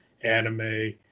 anime